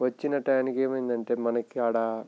వచ్చిన టైంకి ఏమైంది అంటే మనకి ఆడ